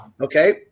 okay